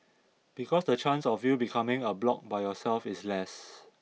because the chance of you becoming a bloc by yourself is less